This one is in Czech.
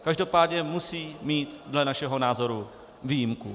Každopádně musí mít dle našeho názoru výjimku.